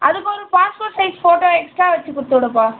அதுக்கு ஒரு passport size photo extra வைச்சு கொடுத்துவிடுப்பா